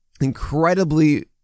Incredibly